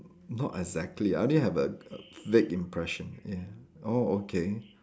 not exactly I only have a a vague impression ya oh okay